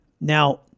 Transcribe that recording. Now